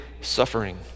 suffering